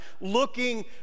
looking